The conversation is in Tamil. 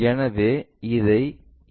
எனவே திரும்பிச் செல்வோம்